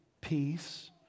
peace